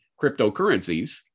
cryptocurrencies